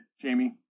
Jamie